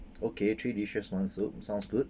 okay three dishes one soup sounds good